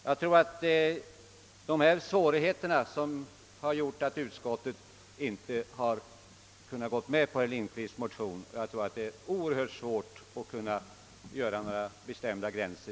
Jag tror att det just är dessa svårigheter som gjort att utskottet inte har kunnat tillstyrka herr Lindkvists motion, ty det är oerhört svårt att i detta fall dra några bestämda gränser.